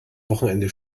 wochenende